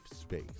space